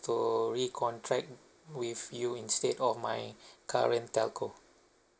to recontract with you instead of my current telco